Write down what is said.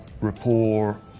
rapport